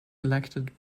elected